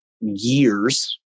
years